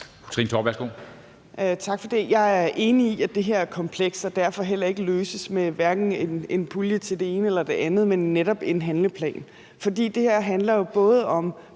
Tak for det. Jeg er enig i, at det her er komplekst og derfor heller ikke kan løses med en pulje til hverken det ene eller det andet, men netop med en handleplan. For det her handler jo både om